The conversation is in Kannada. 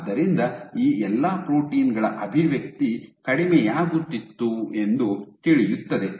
ಆದ್ದರಿಂದ ಈ ಎಲ್ಲಾ ಪ್ರೋಟೀನ್ ಗಳ ಅಭಿವ್ಯಕ್ತಿ ಕಡಿಮೆಯಾಗುತ್ತಿತ್ತು ಎಂದು ತಿಳಿಯುತ್ತದೆ